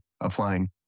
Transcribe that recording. applying